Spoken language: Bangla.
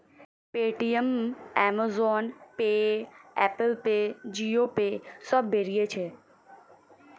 Paytm, Amazon pay, Apple pay, Jio pay সব বেরিয়েছে